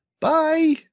Bye